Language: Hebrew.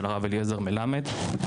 של הרב אליעזר מלמד,